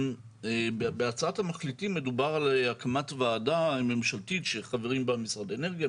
בהצעת המחליטים מדובר על הקמת ועדה ממשלתית שחברים בה משרד האנרגיה,